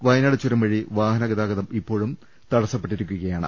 വയ നാട് ചുരം വഴി വാഹനഗതാഗതം ഇപ്പോഴും തടസ്സപ്പെട്ടി രിക്കുകയാണ്